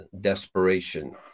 desperation